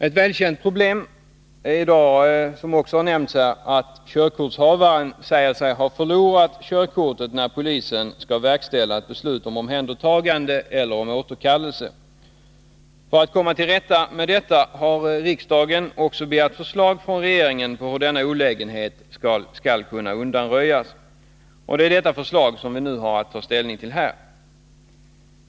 Ett välkänt problem i dag är — vilket också har nämnts här — att körkortshavaren säger sig ha förlorat körkortet när polisen skall verkställa ett beslut om omhändertagande eller återkallelse. För att komma till rätta med detta har riksdagen begärt förslag från regeringen på hur denna olägenhet skall kunna undanröjas. Och det är detta förslag som vi nu har att ta ställning till.